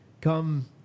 come